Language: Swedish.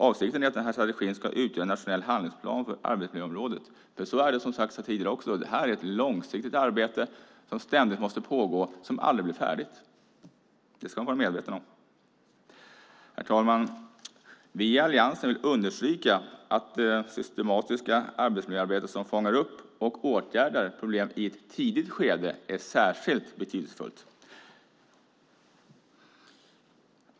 Avsikten är att den här strategin ska utgöra en nationell handlingsplan för arbetsmiljöområdet, men det här är, som har sagts här tidigare också, ett långsiktigt arbete som ständigt måste pågå och som aldrig blir färdigt. Det ska man vara medveten om. Herr talman! Vi i Alliansen vill understryka att det systematiska arbetsmiljöarbete som fångar upp och åtgärdar problem i ett tidigt skede är särskilt betydelsefullt.